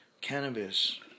cannabis